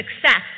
success